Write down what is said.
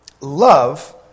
love